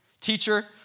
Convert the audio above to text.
Teacher